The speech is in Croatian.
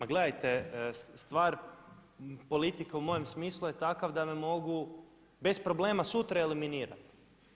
Pa gledajte stvar politike u mom smislu je takav da me mogu bez problema sutra eliminirati.